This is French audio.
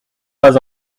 pas